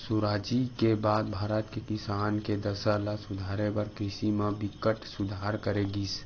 सुराजी के बाद भारत के किसान के दसा ल सुधारे बर कृषि म बिकट सुधार करे गिस